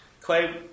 Clay